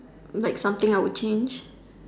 like something I would change